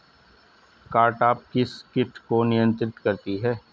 Cartap किस किट को नियंत्रित करती है?